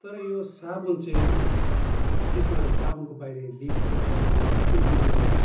तर यो साबुन चाहिँ यसमा यो साबुनको बाहिर लेखिएको छ यो स्किन डिजिसहरू